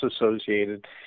associated